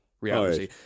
reality